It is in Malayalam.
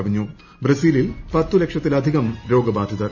കവിഞ്ഞു ബ്രസീലിൽ പത്ത് ലക്ഷത്തിലധികം രോഗബാധിതർ